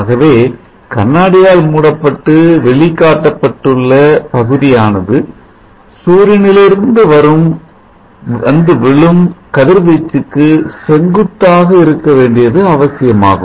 ஆகவே கண்ணாடியால் மூடப்பட்டு வெளி காட்டப்பட்டுள்ள பகுதியானது சூரியனிலிருந்து வந்து விழும் கதிர்வீச்சுக்கு செங்குத்தாக இருக்க வேண்டியது அவசியமாகும்